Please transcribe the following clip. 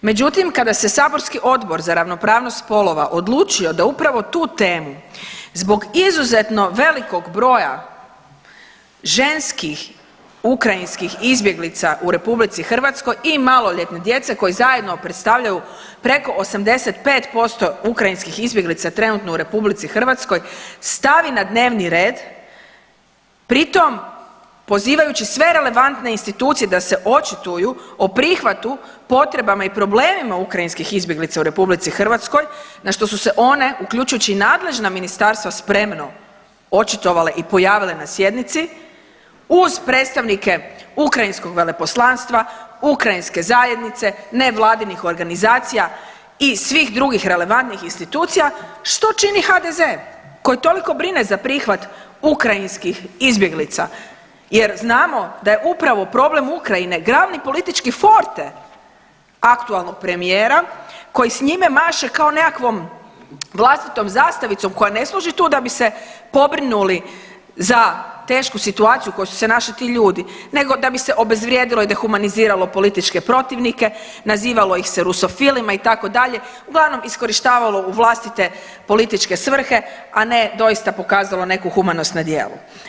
Međutim, kada se saborski Odbor za ravnopravnost spolova odlučio da upravo tu temu zbog izuzetno velikog broja ženskih ukrajinskih izbjeglica u RH i maloljetne djece koji zajedno predstavljaju preko 85% ukrajinskih izbjeglica u RH stavi na dnevni red pritom pozivajući sve relevantne institucije da se očituju o prihvati, potrebama i problemima ukrajinskih izbjeglica u RH na što su se one uključujući i nadležna ministarstva spremno očitovale i pojavile na sjednici uz predstavnike ukrajinskog veleposlanstva, ukrajinske zajednice, nevladinih organizacija i svih drugih relevantnih institucija, što čini HDZ koji toliko brine za prihvat ukrajinskih izbjeglica, jer znamo da je upravo problem Ukrajine glavni politički forte aktualnog premijera koji s njime maše kao nekakvom vlastitom zastavicom koja ne služi tu da bi se pobrinuli za tešku situaciju u kojoj su se našli ti ljudi, nego da bi se obezvrijedilo i dehumaniziralo političke protivnike, nazivalo ih se rusofilima itd., uglavnom iskorištavalo u vlastite političke svrhe, a ne doista pokazalo neku humanost na djelu.